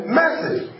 message